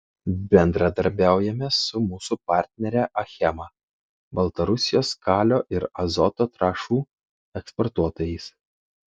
bendradarbiaujame su mūsų partnere achema baltarusijos kalio ir azoto trąšų eksportuotojais